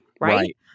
right